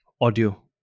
audio